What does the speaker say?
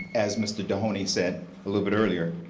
as mr. dohoney said a little bit earlier,